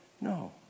no